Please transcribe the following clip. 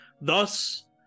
Thus